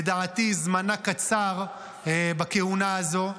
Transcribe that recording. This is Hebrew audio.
לדעתי זמנה קצר בכהונה הזו,